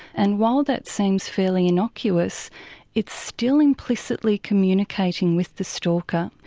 and while that seems fairly innocuous it's still implicitly communicating with the stalker.